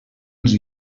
els